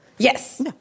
Yes